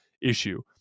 issue